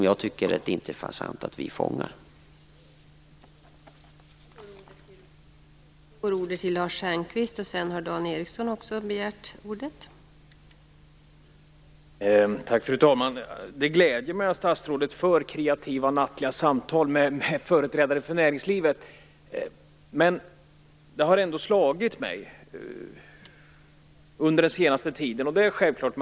Jag tycker att det är intressant om vi fångar den.